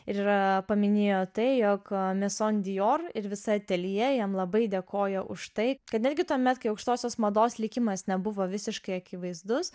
ir paminėjo tai jog mison dior ir visa ateljė jam labai dėkojo už tai kad netgi tuomet kai aukštosios mados likimas nebuvo visiškai akivaizdus